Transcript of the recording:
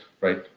right